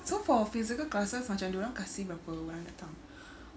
so for physical classes macam dia orang kasih berapa orang datang